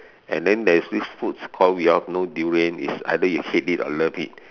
and then there's this food called durian is either you hate it or love it